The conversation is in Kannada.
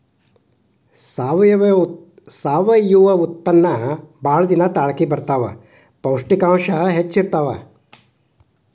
ಸಾವಯುವ ಉತ್ಪನ್ನಾ ಬಾಳ ದಿನಾ ತಾಳಕಿ ಬರತಾವ, ಪೌಷ್ಟಿಕಾಂಶ ಹೆಚ್ಚ ಇರತಾವ